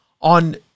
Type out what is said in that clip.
on